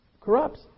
corrupts